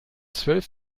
zwölf